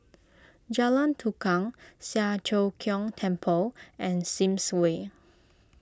Jalan Tukang Siang Cho Keong Temple and Sims Way